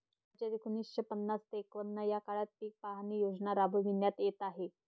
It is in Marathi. राज्यात एकोणीसशे पन्नास ते एकवन्न या काळात पीक पाहणी योजना राबविण्यात येत आहे